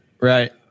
right